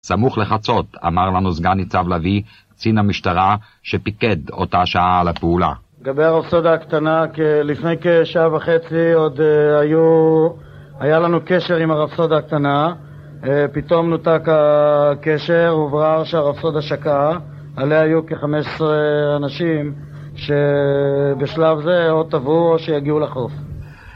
סמוך לחצות, אמר לנו סגן ניצב-לוי, קצין המשטרה, שפיקד אותה שעה על הפעולה. לגבי הרפסודה הקטנה, לפני כשעה וחצי עוד היה לנו קשר עם הרפסודה הקטנה, פתאום נותק הקשר, והוברר שהרפסודה שקעה, עליה היו כחמש עשרה אנשים, שבשלב זה או טבעו או שיגיעו לחוף.